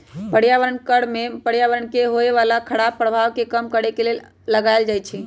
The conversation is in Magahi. पर्यावरण कर में पर्यावरण में होय बला खराप प्रभाव के कम करए के लेल लगाएल जाइ छइ